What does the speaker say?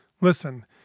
Listen